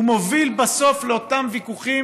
הוא מוביל בסוף לאותם ויכוחים